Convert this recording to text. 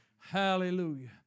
Hallelujah